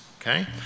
Okay